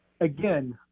again